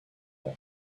them